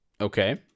Okay